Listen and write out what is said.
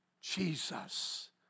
Jesus